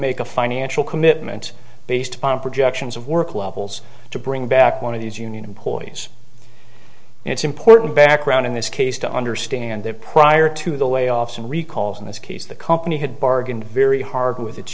make a financial commitment based upon projections of work levels to bring back one of these union employees and it's important background in this case to understand that prior to the way offs and recalls in this case the company had bargained very hard w